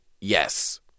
yes